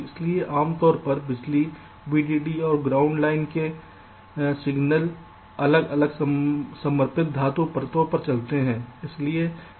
इसलिए आमतौर पर बिजली वीडीडी और ग्राउंड Ground के सिग्नल अलग अलग समर्पित धातु परतों पर चलते हैं